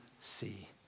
see